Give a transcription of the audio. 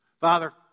Father